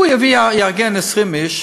הוא יארגן 20 איש,